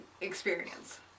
experience